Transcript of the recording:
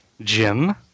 Jim